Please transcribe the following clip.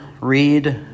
read